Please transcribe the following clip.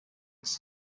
iki